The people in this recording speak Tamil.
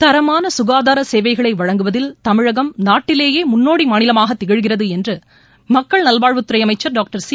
தரமான க்காதார் சேவைகளை வழங்குவதில் தமிழகம் நாட்டிலேயே முன்னோடி மாநிலமாக திகழ்கிறது என்று மக்கள் நல்வாழ்வுத்துறை அமைச்சர் டாக்டர் சி